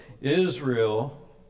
Israel